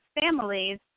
families